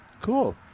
Cool